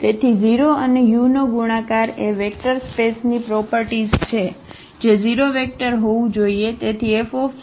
તેથી 0 અને u નો ગુણાકાર એ વેક્ટર સ્પેસની પ્રોપર્ટીસ છે જે 0 વેક્ટર હોવું જોઈએ